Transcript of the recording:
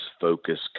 focus